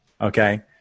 Okay